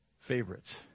favorites